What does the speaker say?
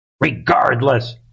regardless